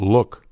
Look